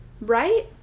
Right